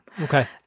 Okay